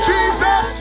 Jesus